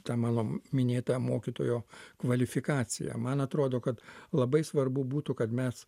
ta mano minėta mokytojo kvalifikacija man atrodo kad labai svarbu būtų kad mes